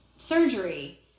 surgery